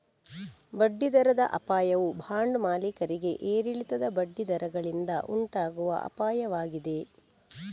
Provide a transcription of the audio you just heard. ಬಡ್ಡಿ ದರದ ಅಪಾಯವು ಬಾಂಡ್ ಮಾಲೀಕರಿಗೆ ಏರಿಳಿತದ ಬಡ್ಡಿ ದರಗಳಿಂದ ಉಂಟಾಗುವ ಅಪಾಯವಾಗಿದೆ